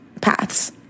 paths